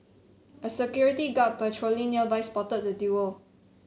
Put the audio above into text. a security guard patrolling nearby spotted the duo